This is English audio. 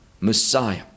messiah